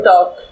Talk